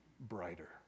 brighter